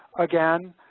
again,